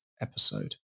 episode